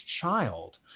child